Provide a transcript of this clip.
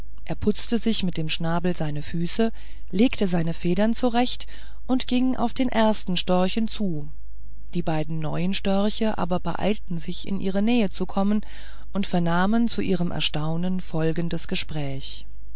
er putzte sich mit dem schnabel seine füße legte seine federn zurecht und ging auf den ersten storchen zu die beiden neuen störche aber beeilten sich in ihre nähe zu kommen und vernahmen zu ihrem erstaunen folgendes gespräch